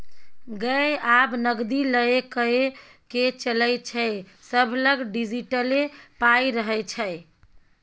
गै आब नगदी लए कए के चलै छै सभलग डिजिटले पाइ रहय छै